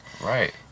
Right